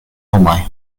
homaj